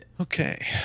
okay